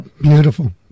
Beautiful